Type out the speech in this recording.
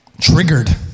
triggered